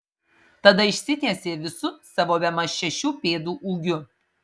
tada išsitiesė visu savo bemaž šešių pėdų ūgiu